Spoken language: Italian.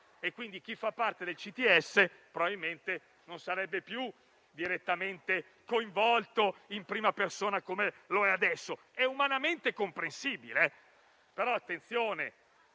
e, quindi, chi ne fa parte probabilmente non sarebbe più direttamente coinvolto in prima persona come lo è adesso. È umanamente comprensibile, ma attenzione: